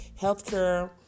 Healthcare